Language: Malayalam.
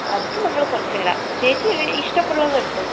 അത് നമ്മൾ കുറച്ച് തരാം ചേച്ചി ഇഷ്ടമുള്ളത് എടുത്തോ